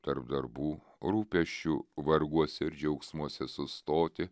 tarp darbų rūpesčių varguose ir džiaugsmuose sustoti